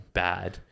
bad